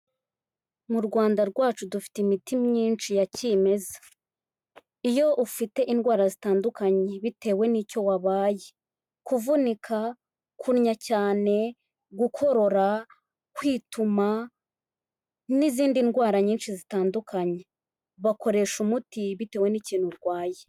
Mu Rwanda rwacu dufite imiti myinshi ya kimeza. Iyo ufite indwara zitandukanye bitewe n'icyo wabaye. Kuvunika, kunnya cyane, gukorora, kwituma n'izindi ndwara nyinshi zitandukanye. Bakoresha umuti bitewe n'ikintu urwaye.